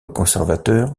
conservateur